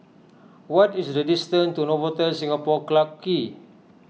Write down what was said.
what is the distance to Novotel Singapore Clarke Quay